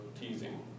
teasing